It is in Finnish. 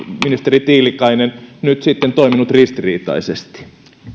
ministeri tiilikainen nyt sitten toiminut ristiriitaisesti